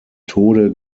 tode